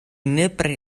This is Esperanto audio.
nepre